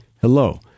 hello